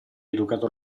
educato